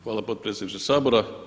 Hvala potpredsjedniče Sabora.